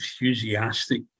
enthusiastic